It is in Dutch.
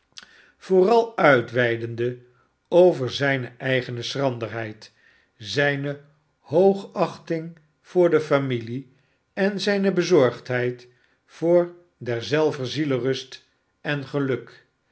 vooral uitweidende over zijne eigene schranderheid zijne hoogachting voor de familie en zijne bezorgdheid voor derzelver zielerust en geluk